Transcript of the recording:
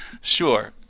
Sure